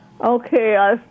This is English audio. Okay